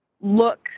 look